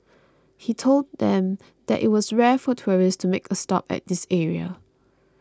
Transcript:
he told them that it was rare for tourists to make a stop at this area